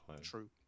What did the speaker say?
True